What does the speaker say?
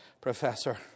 professor